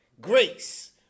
Grace